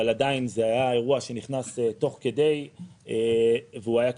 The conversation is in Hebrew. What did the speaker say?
אבל עדיין זה היה אירוע שנכנס תוך כדי והוא היה קשה.